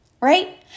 Right